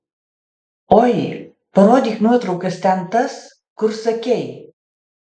oi parodyk nuotraukas ten tas kur sakei